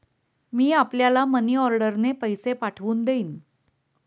मी आपल्याला मनीऑर्डरने पैसे पाठवून देईन